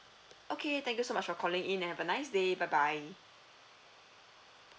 okay thank you so much for calling in and have a nice day bye bye